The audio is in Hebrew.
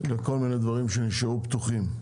אחר כל מיני דברים שנשארו פתוחים.